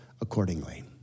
accordingly